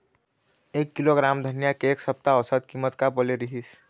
एक किलोग्राम धनिया के एक सप्ता औसत कीमत का बोले रीहिस?